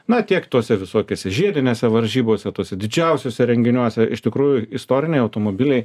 na tiek tose visokiose žiedinėse varžybose tuose didžiausiuose renginiuose iš tikrųjų istoriniai automobiliai